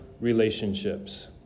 relationships